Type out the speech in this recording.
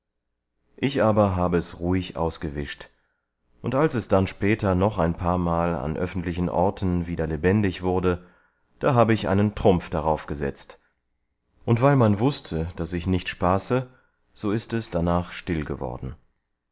ich aber habe es ruhig ausgewischt und als es dann später noch ein paarmal an öffentlichen orten wieder lebendig wurde da habe ich einen trumpf daraufgesetzt und weil man wußte daß ich nicht spaße so ist es danach still geworden